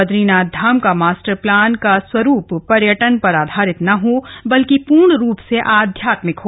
बद्रीनाथ का master plan का स्वरूप पर्यटन पर आधारित न हो बल्कि पृर्ण रूप से अधात्मिक हो